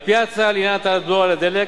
על-פי ההצעה, לעניין הטלת בלו על דלק,